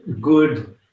good